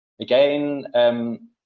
Again